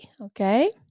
Okay